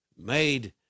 made